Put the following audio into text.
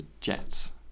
Jets